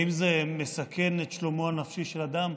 האם זה מסכן את שלומו הנפשי של אדם?